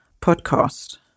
podcast